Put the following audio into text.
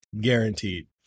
guaranteed